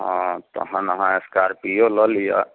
हँ तहन अहाँ स्कार्पियो लऽ लिअ